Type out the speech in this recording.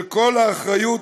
"כל האחריות,